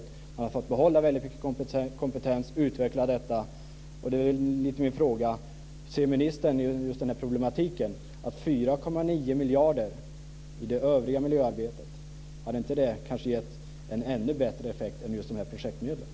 Man hade fått behålla väldigt mycket kompetens och utveckla detta. miljarder i det övriga miljöarbetet kanske hade gett en ännu bättre effekt än just dessa projektmedel?